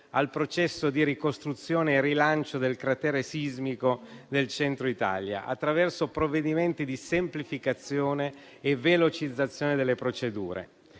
al processo di ricostruzione e rilancio del cratere sismico del Centro Italia, attraverso provvedimenti di semplificazione e velocizzazione delle procedure.